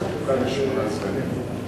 לכן היא זקוקה לשמונה סגנים.